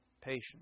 patience